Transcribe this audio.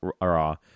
Raw